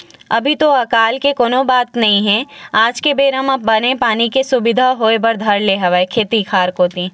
अभी तो अकाल के कोनो बात नई हे आज के बेरा म बने पानी के सुबिधा होय बर धर ले हवय खेत खार कोती